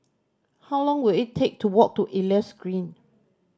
how long will it take to walk to Elias Green